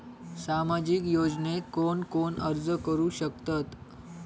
सामाजिक योजनेक कोण कोण अर्ज करू शकतत?